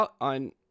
on